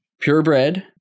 purebred